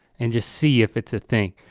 and just see if it's a thing.